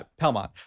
Palmon